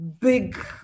big